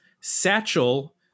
Satchel